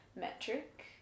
Metric